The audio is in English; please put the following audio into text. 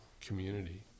community